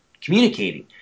communicating